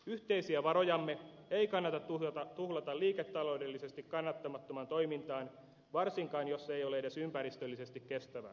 yhteisiä varojamme ei kannata tuhlata liiketaloudellisesti kannattamattomaan toimintaan varsinkaan jos se ei ole edes ympäristöllisesti kestävää